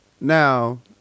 Now